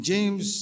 James